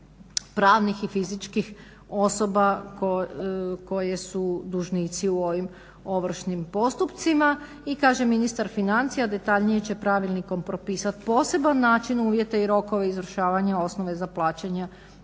pravnih i fizičkih osoba koje su dužnici u ovim ovršnim postupcima. I kaže ministar financija detaljnije će pravilnikom propisati poseban način uvjeta i rokove izvršavanja osnove za plaćanje